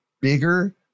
bigger